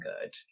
good